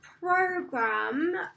program